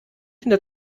hinter